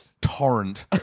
torrent